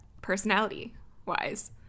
personality-wise